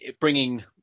bringing